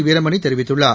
வீரமணி தெரிவித்துள்ளார்